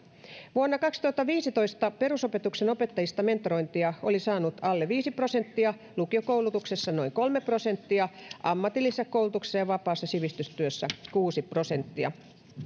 vuonna kaksituhattaviisitoista perusopetuksen opettajista mentorointia oli saanut alle viisi prosenttia lukiokoulutuksessa noin kolme prosenttia ammatillisessa koulutuksessa ja vapaassa sivistystyössä kuusi prosenttia